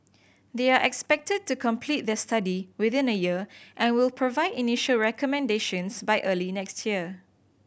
they are expected to complete their study within a year and will provide initial recommendations by early next year